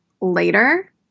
later